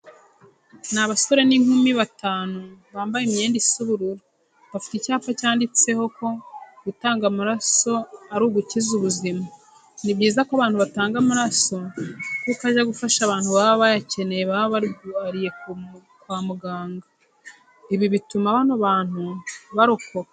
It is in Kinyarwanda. Ni abasore n'inkumi batanu bambaye imyenda isa ubururu, bafite icyapa cyanditseho ko gutanga amaraso ari ugukiza ubuzima. Ni byiza ko abantu batanga amaraso kuko ajya gufasha abantu baba bayakeneye baba barwariye kwa muganga, ibi bituma bano bantu barokoka.